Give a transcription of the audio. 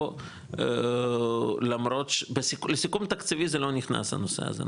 או- לסיכום תקציבי זה לא נכנס הנושא הזה,